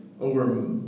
over